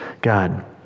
God